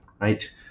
right